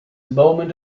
moment